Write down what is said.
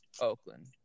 Oakland